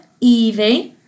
Evie